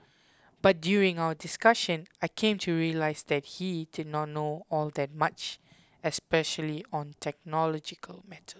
but during our discussion I came to realise that he did not know all that much especially on technological mat